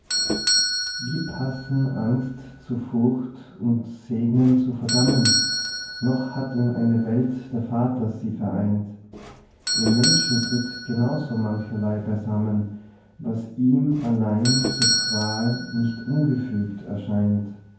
wie passen angst zu furcht und segnen zu verdammen noch hat in eine welt der vater sie vereint im menschen tritt genauso mancherley beisammen was ihm allein zur qual nicht ungefügt erscheint